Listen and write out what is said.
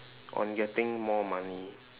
on getting more money